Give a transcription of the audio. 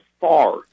far